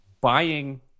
buying